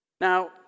Now